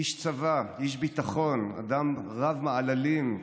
איש צבא, איש ביטחון, אדם רב-מעללים.